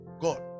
God